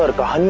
but bomb yeah